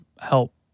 help